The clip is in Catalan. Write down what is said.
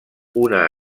una